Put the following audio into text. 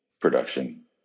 production